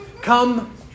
Come